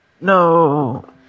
No